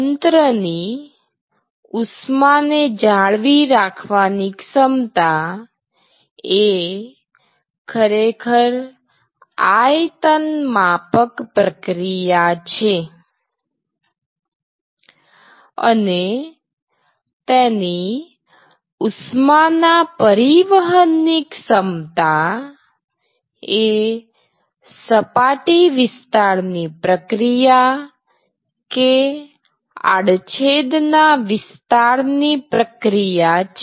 તંત્રની ઉષ્માને જાળવી રાખવાની ક્ષમતા એ ખરેખર આયતનમાપક પ્રક્રિયા છે અને તેની ઉષ્માના પરિવહનની ક્ષમતા એ સપાટી વિસ્તાર ની પ્રક્રિયા કે આડછેદ ના વિસ્તારની પ્રક્રિયા છે